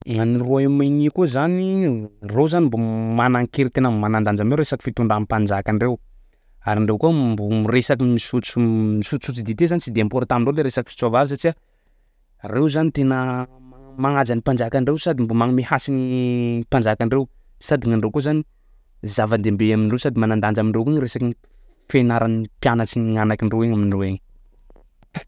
Nany Rayaume-Uni ko zany ro zany mbo manankery tena manan-danja sady fitondram-panjakan'ireo ary reo ko misotsosotso dite tsy de important amindreo le resaky reo zany tena manaja ny panjakandreo sady mbo magnome hasigny panjakandreo sady nandreo koa zany zava-dehibe amindreo sady manan-danja ko ny resaky ny fenaran'ny mpianatsiny anakindro amindreo agny